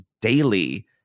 daily